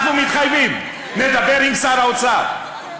אנחנו מתחייבים לדבר עם שר האוצר.